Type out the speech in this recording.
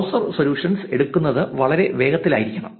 browser solutions എടുക്കുന്നത് വളരെ വേഗത്തിലായിരിക്കണം